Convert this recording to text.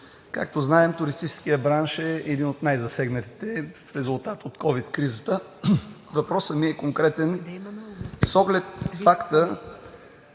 както знаем, туристическият бранш е един от най-засегнатите в резултат от ковид кризата. Въпросът ми е конкретен с оглед факта,